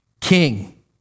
king